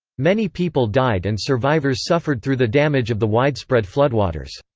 many people died and survivors suffered through the damage of the widespread floodwaters.